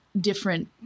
different